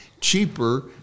cheaper